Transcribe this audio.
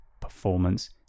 performance